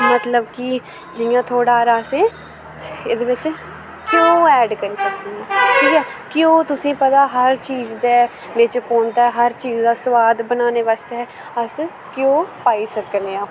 मतलव कि जियां थेह्ड़ा हारा असें एह्दे बिच्च घ्यो एड़ करी सकने आं ठीक ऐ घ्यौ तुसें पता हर चीज़ दै बिच्च पौंदा हर चीज़ दा स्वाद बनानै बास्तै अस घ्यो पाई सकने आं